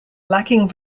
lacking